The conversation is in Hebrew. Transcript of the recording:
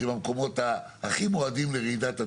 במקומות הכי מועדים לרעידת אדמה,